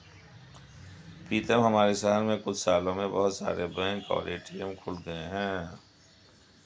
पीतम हमारे शहर में कुछ सालों में बहुत सारे बैंक और ए.टी.एम खुल गए हैं